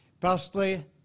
Firstly